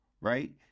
Right